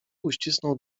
uścisnął